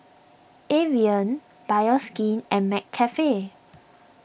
Evian Bioskin and McCafe